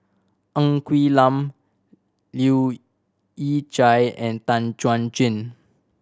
Ng Quee Lam Leu Yew Chye and Tan Chuan Jin